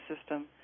system